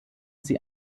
sie